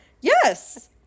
Yes